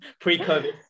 pre-COVID